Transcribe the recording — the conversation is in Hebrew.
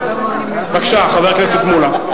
בבקשה, חבר הכנסת מולה.